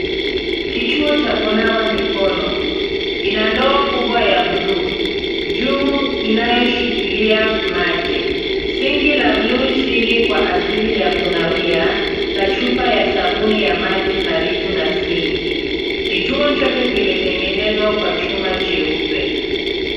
Kituo cha kunawa mikono ina ndoo kubwa ya bluu juu inayoshikilia maji, sinki la bluu chini kwa ajili ya kunawia na chupa ya sabuni ya maji karibu na sinki. Kituo chote kimetengenezwa kwa chuma cheupe.